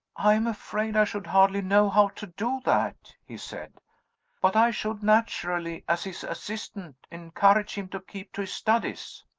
i am afraid i should hardly know how to do that, he said but i should naturally, as his assistant, encourage him to keep to his studies.